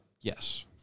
Yes